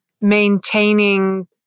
maintaining